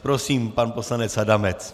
Prosím, pan poslanec Adamec.